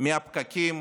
מהפקקים